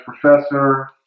Professor